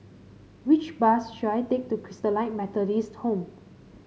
which bus should I take to Christalite Methodist Home